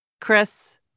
chris